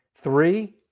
Three